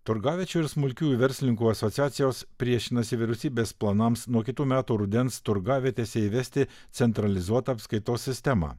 turgaviečių ir smulkiųjų verslininkų asociacijos priešinasi vyriausybės planams nuo kitų metų rudens turgavietėse įvesti centralizuotą apskaitos sistemą